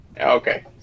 Okay